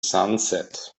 sunset